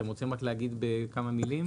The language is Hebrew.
אתם רוצים להגיד כמה מילים